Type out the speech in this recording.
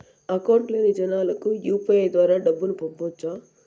Account లేని జనాలకు UPI ద్వారా డబ్బును పంపొచ్చా?